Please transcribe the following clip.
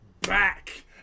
back